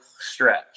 stretch